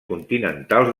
continentals